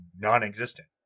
non-existent